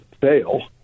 fail